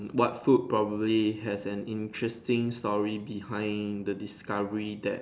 what food probably has an interesting story behind the discovery that